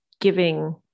giving